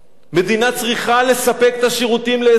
מדינה צריכה לספק את השירותים לאזרחיה